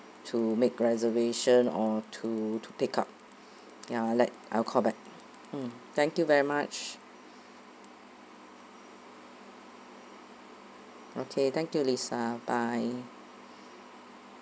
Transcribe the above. to make reservation or to to pick up ya let I'll call back mm thank you very much okay thank you lisa bye